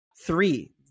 three